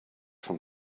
from